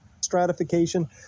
stratification